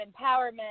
empowerment